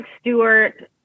Stewart